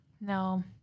No